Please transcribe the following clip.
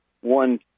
one